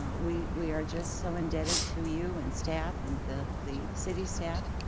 um we we are just so endebted to you and staff and the the city staff.